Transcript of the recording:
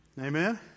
Amen